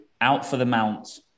out-for-the-mount